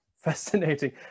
fascinating